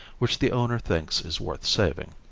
which the owner thinks is worth saving.